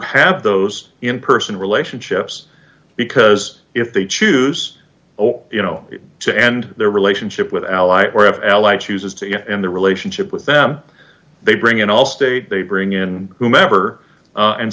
have those in person relationships because if they choose or you know to end their relationship with ally or of ally chooses to end the relationship with them they bring in all state they bring in whomever